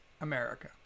America